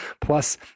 Plus